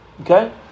Okay